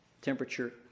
temperature